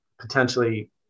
potentially